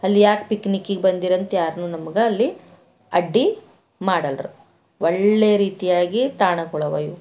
ಅಲ್ಯಾಕೆ ಪಿಕ್ನಿಕ್ಗೆ ಬಂದೀರಂತ ಯಾರುನೂ ನಮಗೆ ಅಲ್ಲಿ ಅಡ್ಡಿ ಮಾಡಲ್ರು ಒಳ್ಳೆ ರೀತಿಯಾಗಿ ತಾಣಗಳವ ಇವು